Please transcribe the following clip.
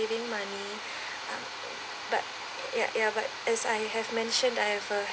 saving money but ya ya but as I have mentioned I have a